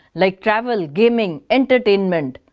like travel, gaming, entertainment